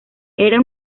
era